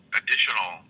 additional